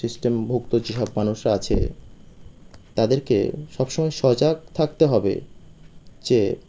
system ভুক্ত যেসব মানুষ আছে তাদেরকে সবসময় সজাগ থাকতে হবে যে